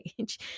age